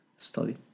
study